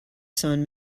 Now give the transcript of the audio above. son